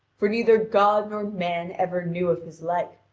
for neither god nor man ever knew of his like,